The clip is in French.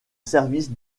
service